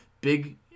Big